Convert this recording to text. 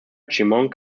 chemung